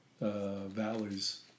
valleys